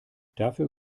dafür